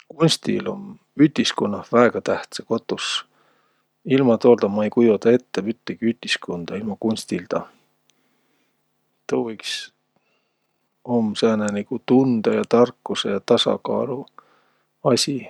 Kunstil um ütiskunnah väega tähtsä kotus. Ilma tooldaq ma ei kujodaq ette üttegi ütiskunda, ilma kunstildaq. Tuu iks um sääne nigu tundõ ja tarkusõ ja tasakaalu asi.